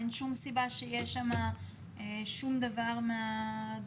אין שום סיבה שיהיה שם שום דבר --- אגב,